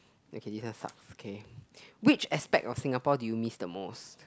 okay this one sucks okay which expect your Singapore do you miss the most